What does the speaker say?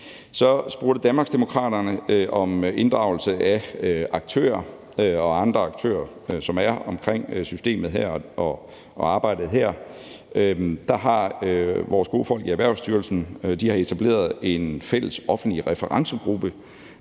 Så spurgte Danmarksdemokraterne om inddragelse af aktører og andre aktører, som er omkring systemet og arbejdet her. Der har vores gode folk i Erhvervsstyrelsen etableret en fælles offentlig referencegruppe